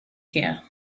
here